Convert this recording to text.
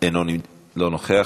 אינו נוכח.